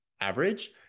average